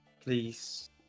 Please